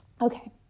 Okay